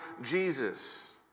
Jesus